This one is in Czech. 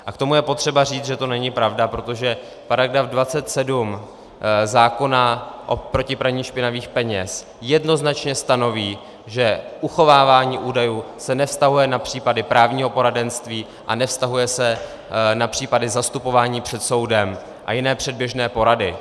K tomu je potřeba říct, že to není pravda, protože § 27 zákona proti praní špinavých peněz jednoznačně stanoví, že uchovávání údajů se nevztahuje na případy právního poradenství a nevztahuje se na případy zastupování před soudem a jiné předběžné porady.